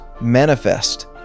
Manifest